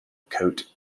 coat